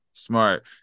smart